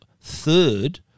third